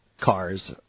cars